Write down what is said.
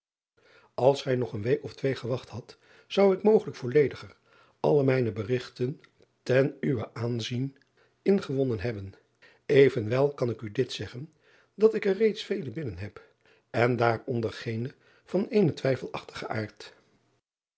ls gij nog een week of twee gewacht hadt zou ik mogelijk vollediger alle mijne berigten ten uwen aanzien ingewonnen hebben venwel kan ik u dit zeggen dat ik er reeds vele binnen heb en daaronder geene van eenen twijfelachtigen aard